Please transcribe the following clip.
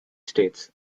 states